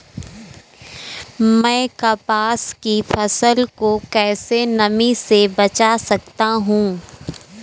मैं कपास की फसल को कैसे नमी से बचा सकता हूँ?